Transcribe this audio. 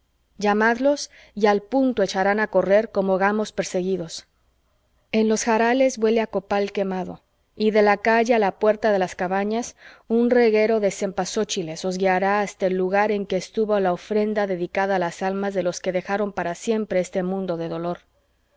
llamadlos y al punto echarán a correr como gamos perseguidos en los jarales huele a copal quemado y de la calle a la puerta de las cabañas un reguero de cempaxóchiles os guiará hasta el lugar en que estuvo la ofrenda dedicada a las almas de los que dejaron para siempre este mundo de dolor